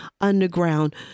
underground